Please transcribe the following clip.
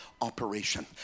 operation